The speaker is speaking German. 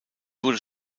wurde